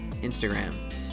Instagram